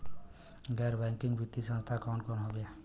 गैर बैकिंग वित्तीय संस्थान कौन कौन हउवे?